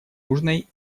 южной